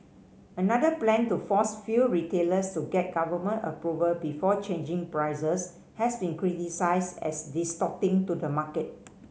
another plan to force fuel retailers to get government approval before changing prices has been criticised as distorting to the market